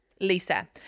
Lisa